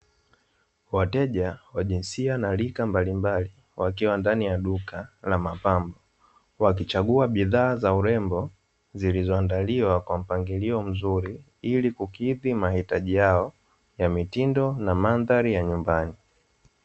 Wateja wa jinsia na rika mbalimbali wakiwa ndani ya duka la mapambo, wakichagua bidhaa za urembo, zilizoandaliwa kwa mpangilio mzuri, ili kukidhi mahitaji yao ya mitindo na mandhari ya nyumbani.